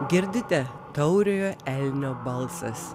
girdite tauriojo elnio balsas